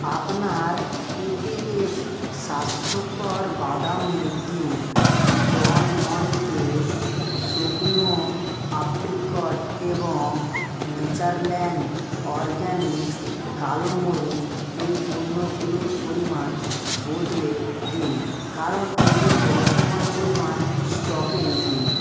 আপনার ইউপিএফ স্বাস্থ্যকর বাদামী ডিম ডন মন্টে শুকনো এপ্রিকট এবং নেচারল্যান্ড অরগ্যানিক্স কালো মরিচ এই পণ্যগুলোর পরিমাণ বদলে দিন কারণ এদের বর্তমান পরিমাণ স্টকে নেই